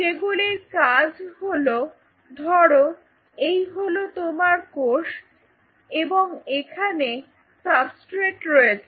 যে গুলির কাজ হলো ধরো এই হল তোমার কোষ এবং এখানে সাবস্ট্রেট রয়েছে